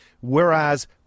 whereas